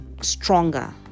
stronger